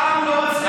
פעם לא הצליח,